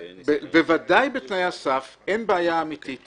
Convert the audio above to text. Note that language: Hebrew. בוודאי בתנאי הסף אין בעיה אמיתית